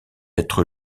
être